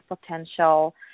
potential